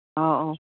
ꯑꯧ ꯑꯧ